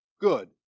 good